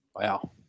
Wow